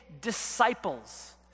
disciples